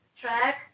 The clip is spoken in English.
track